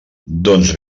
doncs